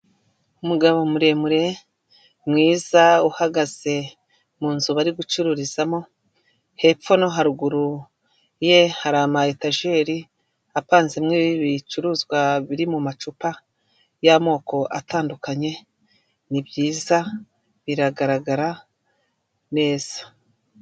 Umugabo muremure, mwiza uhagaze mu nzu bari gucururizamo, hepfo no haruguru ye, hari ama etageri avanzemo ibicuruzwa biri mu mumacupa, y'amoko atandukanye, ni byiza biragaragara neza.